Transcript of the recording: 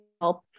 help